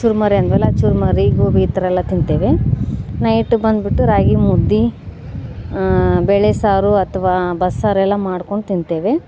ಚುರ್ಮರಿ ಅಂತವರಲ್ಲ ಚುರ್ಮರಿ ಗೋಬಿ ಈ ಥರ ಎಲ್ಲ ತಿಂತೇವೆ ನೈಟ್ ಬಂದ್ಬಿಟ್ಟು ರಾಗಿ ಮುದ್ದೆ ಬೇಳೆ ಸಾರು ಅಥ್ವಾ ಬಸ್ಸಾರು ಎಲ್ಲ ಮಾಡ್ಕೊಂಡು ತಿಂತೇವೆ